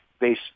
base